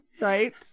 Right